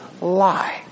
lie